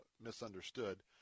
misunderstood